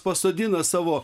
pasodina savo